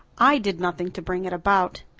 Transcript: i did nothing to bring it about,